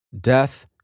death